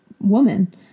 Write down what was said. woman